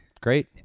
Great